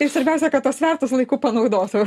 ir svarbiausia kad tuos svertus laiku panaudotų